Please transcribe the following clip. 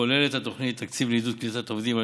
כוללת התוכנית תקציב לעידוד כניסת עובדים על